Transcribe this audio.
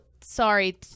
sorry